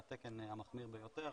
זה התקן המחמיר ביותר.